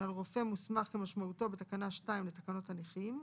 ועל רופא מוסמך כמשמעותו בתקנה 2 לתקנות הנכים,